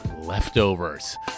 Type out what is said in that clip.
leftovers